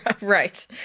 Right